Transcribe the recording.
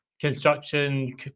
construction